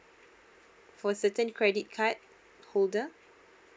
for certain credit card holder